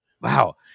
wow